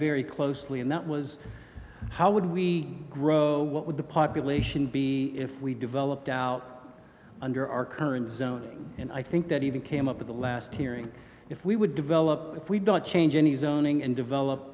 very closely and that was how would we grow what would the population be if we developed out under our current zone and i think that even came up at the last hearing if we would develop if we don't change any as owning and develop